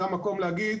זה המקום להגיד